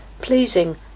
pleasing